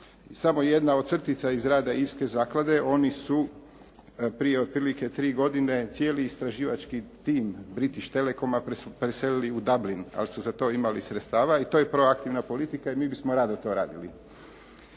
Samo jedna od crtica iz rada irske zaklade, oni su prije otprilike 3 godine cijeli istraživački tim British telecom-a preselili u Dublin, ali su za to imali sredstava i to je proaktivna politika i mi bismo rado to radili.